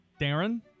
Darren